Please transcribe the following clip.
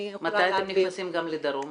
מתי אתם יוצאים גם לדרום?